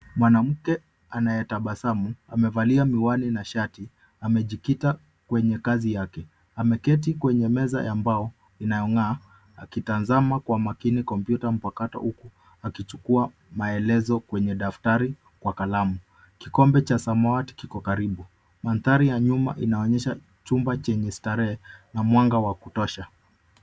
Mwanamke anayetabasamu amevalia miwani na shati. Amejikita kwenye kazi yake. Ameketi kwenye meza ya mbao inayong'aa akitazama kwa makini kompyuta mpakato huku akichukua maelezo kwenye daftari kwa kalamu. Kikombe cha samawati kiko karibu. Mandhari ya nyuma inaonyesha chumba chenye starehe na mwanga wa kutosha.